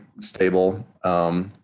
stable